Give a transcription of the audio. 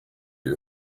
you